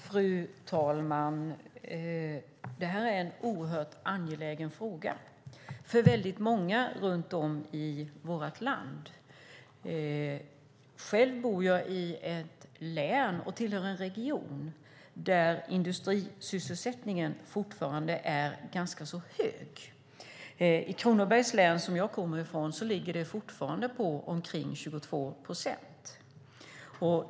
Fru talman! Det här är en oerhört angelägen fråga för väldigt många runt om i vårt land. Själv bor jag i ett län och tillhör en region där industrisysselsättningen fortfarande är ganska hög. I Kronobergs län som jag kommer från ligger den på omkring 22 procent.